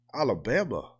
Alabama